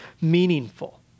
meaningful